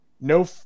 No